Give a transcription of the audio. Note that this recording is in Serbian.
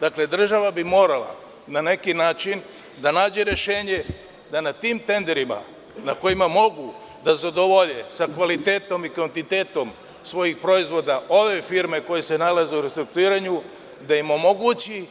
Dakle, država bi morala na neki način da nađe rešenje da na tim tenderima na kojima mogu da zadovolje sa kvalitetom i kvantitetom svojih proizvoda ove firme koje se nalaze u restrukturiranju, da im omogući